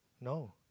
No